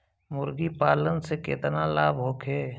मुर्गीपालन से केतना लाभ होखे?